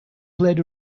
played